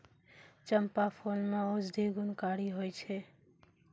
चंपा फूल मे औषधि गुणकारी होय छै